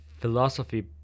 philosophy